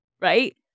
right